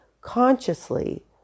consciously